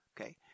okay